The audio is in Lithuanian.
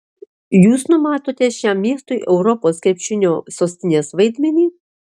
jūs numatote šiam miestui europos krepšinio sostinės vaidmenį